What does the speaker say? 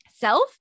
self